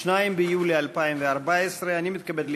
אשרור ההסכם בין ממשלת ישראל לבין ממשלת הרפובליקה של סינגפור בדבר